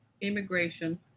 immigration